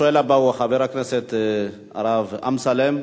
השואל הבא הוא חבר הכנסת הרב אמסלם.